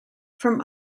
from